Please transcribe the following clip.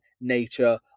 nature